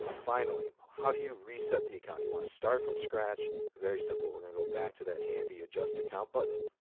finally, how do you reset the account? you want to start from scratch very simple. we're going to go back to that handy adjust account button,